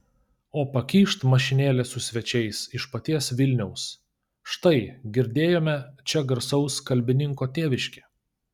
o pakyšt mašinėlė su svečiais iš paties vilniaus štai girdėjome čia garsaus kalbininko tėviškė